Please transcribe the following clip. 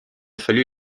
fallu